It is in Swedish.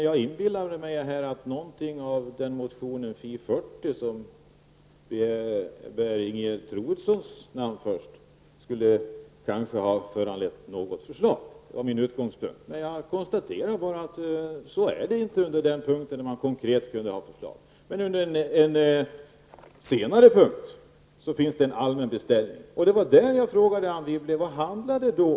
Jag inbillade mig att något av det som står i motionen skulle ha föranlett ett förslag. Det var min utgångspunkt. Jag konstaterar bara att det inte förhåller sig så beträffande den punkten. På en annan och senare punkt finns det dock en allmän beställning, och när det gäller den frågade jag Anne Wibble vad det handlar om.